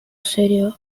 serio